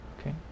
okay